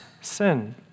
sin